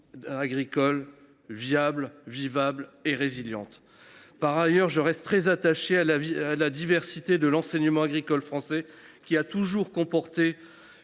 agricole viable, vivable et résiliente. Par ailleurs, je reste très attaché à la diversité de l’enseignement agricole français, qui a toujours comporté